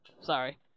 sorry